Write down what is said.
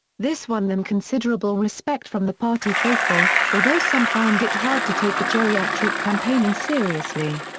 this won them considerable respect from the party faithful, although some found it hard to take the geriatric campaigning seriously.